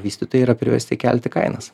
vystytojai yra priversti kelti kainas